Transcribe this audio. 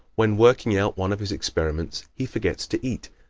when working out one of his experiments he forgets to eat,